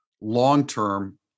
long-term